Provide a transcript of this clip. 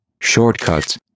Shortcuts